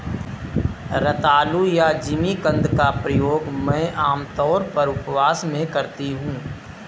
रतालू या जिमीकंद का प्रयोग मैं आमतौर पर उपवास में करती हूँ